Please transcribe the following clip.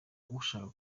ushaka